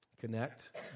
connect